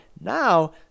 Now